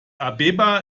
abeba